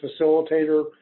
facilitator